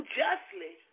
justly